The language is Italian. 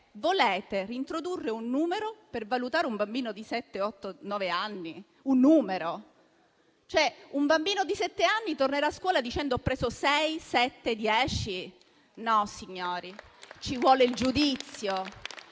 volete reintrodurre un numero per valutare un bambino di sette, otto, nove anni. Un numero? Un bambino di sette anni tornerà da scuola dicendo: «Ho preso 6, 7 o 10»? No, signori, ci vuole il giudizio.